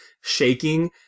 shaking